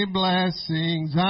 blessings